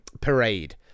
parade